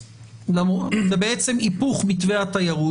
זה בעצם היפוך מתווה התיירות.